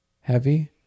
Heavy